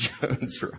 Jones